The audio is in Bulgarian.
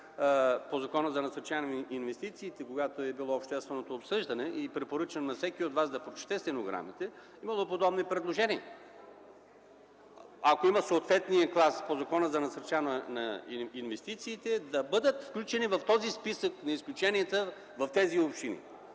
по Закона за насърчаване на инвестициите, когато е било общественото обсъждане и препоръчвам на всеки от Вас да прочете стенограмите, имало е подобни предложения. Ако има съответния глас по Закона за насърчаване на инвестициите, да бъдат включени в този списък на изключенията в тези общини